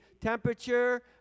temperature